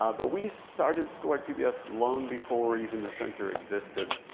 ah but we started schoolwide pbs long before even the center existed.